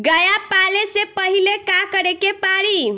गया पाले से पहिले का करे के पारी?